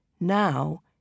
Now